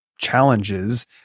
challenges